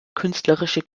künstlerische